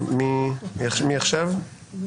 אתה מבזבז את הזמן של כולנו